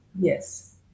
Yes